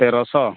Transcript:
ᱛᱮᱨᱚᱥᱚ